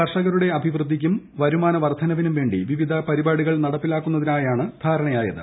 കർഷകരുടെ അഭിവൃദ്ധിക്കും വരുമാന വർദ്ധനവിനും വേണ്ടി വിവിധ പരിപാടികൾ നടപ്പിലാക്കുന്നതിനാണ് ധാരണയായത്